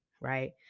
right